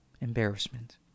embarrassment